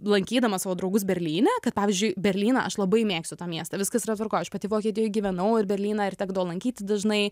lankydama savo draugus berlyne kad pavyzdžiui berlyną aš labai mėgstu tą miestą viskas yra tvarkoj aš pati vokietijoj gyvenau ir berlyną ir tekdavo lankyti dažnai